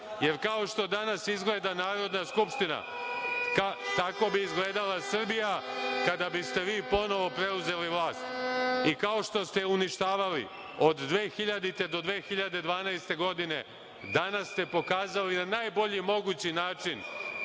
jer kao što danas izgleda Narodna skupština, tako bi izgledala i Srbija kada biste vi ponovo preuzeli vlast. Kao što ste uništavali od 2000. godine do 2012. godine danas ste pokazali na najbolji mogući način